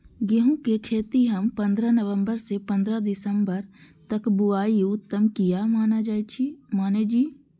गेहूं के खेती हम पंद्रह नवम्बर से पंद्रह दिसम्बर तक बुआई उत्तम किया माने जी?